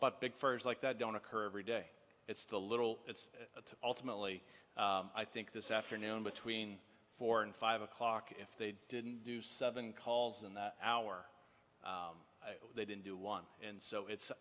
but big firms like that don't occur every day it's the little it's ultimately i think this afternoon between four and five o'clock if they didn't do seven calls in that hour they didn't do one and so it's